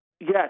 Yes